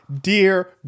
dear